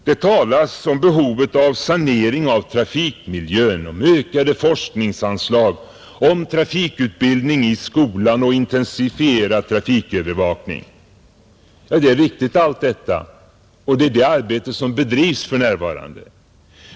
Det talas om behovet av sanering av trafikmiljön, om ökade forskningsanslag, om trafikutbildning i skolan och om intensifierad trafikövervakning, Det är riktigt, allt detta, och det är det arbetet som bedrivs för närvarande.